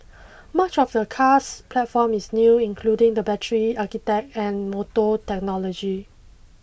much of the car's platform is new including the battery architect and motor technology